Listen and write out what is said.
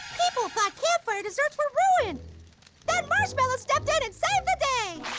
people thought campfire desserts were ruined. then marshmallow stepped in and saved the day!